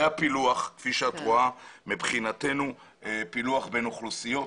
כפי שאת רואה, זה הפילוח בין אוכלוסיות.